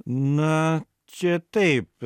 na čia taip